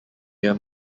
year